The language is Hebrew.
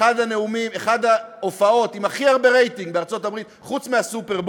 אחת ההופעות עם הכי הרבה רייטינג בארצות-הברית חוץ מה"סופרבול",